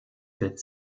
wird